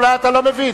אולי אתה לא מבין,